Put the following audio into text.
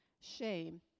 Shame